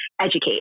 educate